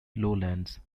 lowlands